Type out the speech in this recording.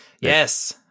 Yes